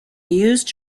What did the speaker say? used